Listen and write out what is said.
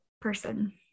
person